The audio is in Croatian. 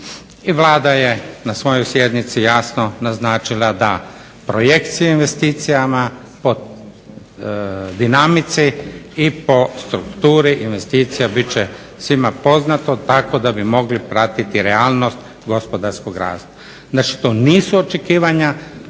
Vlada je na svojoj sjednici jasno naznačila da projekcije investicijama po dinamici i po strukturi investicija bit će svima poznato tako da bi mogli pratiti realnost gospodarskog rasta. Na što nisu očekivanja,